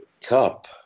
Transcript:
Cup